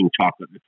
chocolate